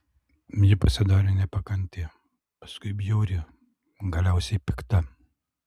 ji pasidarė nepakanti paskui bjauri galiausiai pikta